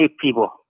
people